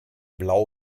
blau